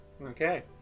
Okay